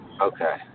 Okay